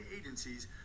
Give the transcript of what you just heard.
agencies